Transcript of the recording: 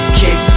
kick